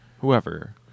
whoever